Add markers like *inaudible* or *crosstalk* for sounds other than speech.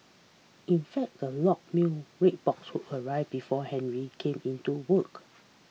in fact the locked *unintelligible* red box would arrive before Henry came in to work